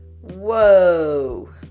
Whoa